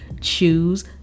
choose